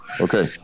Okay